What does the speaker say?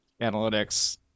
analytics